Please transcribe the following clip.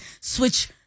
switch